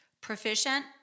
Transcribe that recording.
proficient